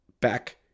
back